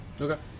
Okay